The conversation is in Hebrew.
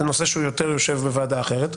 זהו נושא שיושב, יותר, בוועדה אחרת.